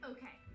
Okay